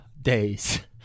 days